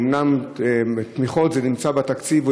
אומנם תמיכות נמצאות בתקציב,